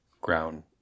ground